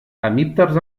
hemípters